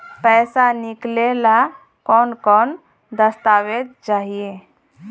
पैसा निकले ला कौन कौन दस्तावेज चाहिए?